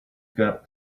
got